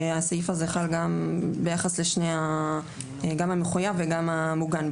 הסעיף הזה חל גם ביחס גם למחויב וגם המוגן.